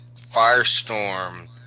Firestorm